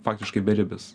faktiškai beribis